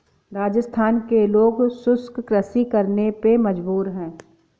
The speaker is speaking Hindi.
राजस्थान के लोग शुष्क कृषि करने पे मजबूर हैं